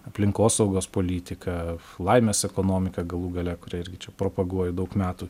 aplinkosaugos politika laimės ekonomika galų gale kurią irgi čia propaguoju daug metų